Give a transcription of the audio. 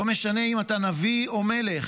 לא משנה אם אתה נביא או מלך,